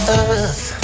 earth